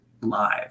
live